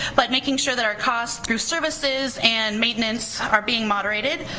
but making sure that our cost through services and maintenance are being moderated.